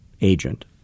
agent